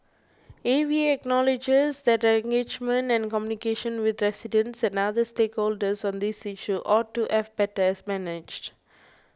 A V A acknowledges that engagement and communications with residents and other stakeholders on this issue ought to have better managed